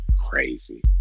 crazy